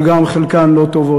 אבל חלקן גם לא טובות,